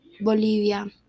Bolivia